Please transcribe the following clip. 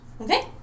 Okay